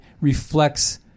reflects